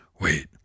wait